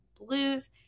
blues